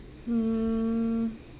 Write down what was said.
mm